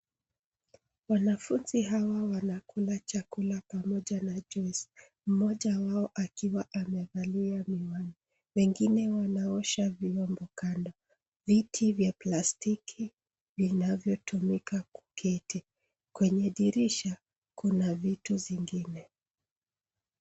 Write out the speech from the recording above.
Wanafunzi hawa wanakula chakula pamoja na juisi mmoja wao akiwa amevalia miwani wengine wanaosha vyombo kando, viti vya plastiki vinavyotumika kuketi kwenye dirisha kuna vitu zingine.